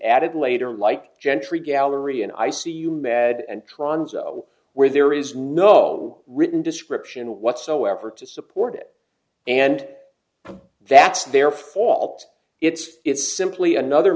added later like gentry gallery an i c u med and trons where there is no written description whatsoever to support it and that's their fault if it's simply another